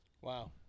Wow